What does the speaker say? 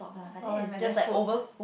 that's food